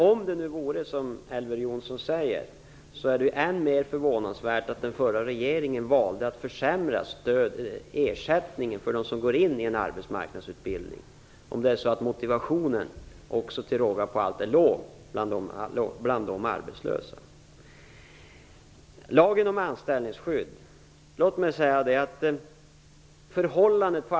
Om det nu vore som Elver Jonsson säger, dvs. att motivationen till råga på allt är låg bland de arbetslösa, är det än mer förvånansvärt att den förra regeringen valde att försämra ersättningen för dem som går in i en arbetsmarknadsutbildning.